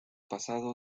pasado